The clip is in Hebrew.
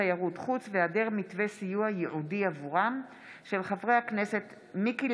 ולרעידות אדמה בעקבות דיונים מהירים בהצעותיהם של חברי הכנסת תמר